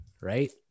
Right